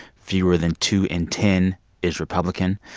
fewer than two in ten is republican.